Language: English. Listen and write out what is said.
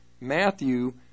Matthew